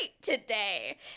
today